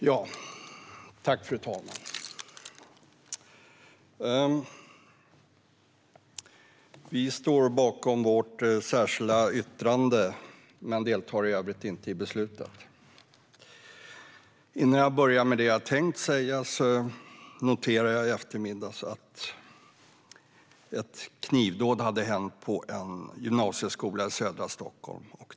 Fru talman! Vi står bakom vårt särskilda yttrande men deltar i övrigt inte i beslutet. Innan jag börjar tala om det jag hade tänkt vill jag säga att jag i eftermiddags noterade att ett knivdåd hade utförts på en gymnasieskola i södra Stockholm.